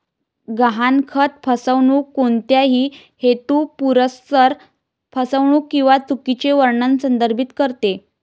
गहाणखत फसवणूक कोणत्याही हेतुपुरस्सर फसवणूक किंवा चुकीचे वर्णन संदर्भित करते